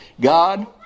God